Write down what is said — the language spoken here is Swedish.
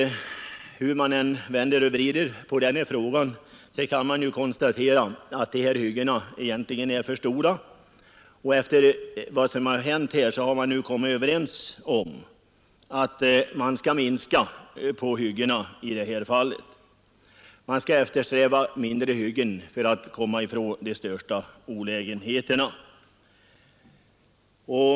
Hur vi än vrider och vänder på frågan är det emellertid givet att dessa hyggen egentligen är för stora. Efter vad som hänt har man nu också kommit överens om att minska hyggena i fortsättningen. Man skall eftersträva mindre hyggen för att undvika de stora olägenheterna.